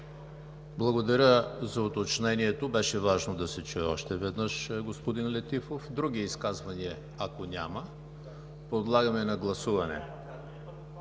Благодаря за уточнението. Беше важно да се чуе още веднъж, господин Летифов. Други изказвания? Ако няма, подлагаме на гласуване